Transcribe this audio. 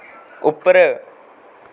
उप्पर